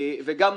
וגם לך,